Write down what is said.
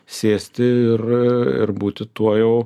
sėsti ir ir būti tuo jau